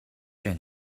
байна